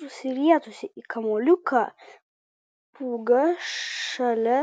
susirietusi į kamuoliuką pūga šalia